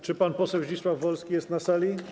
Czy pan poseł Zdzisław Wolski jest na sali?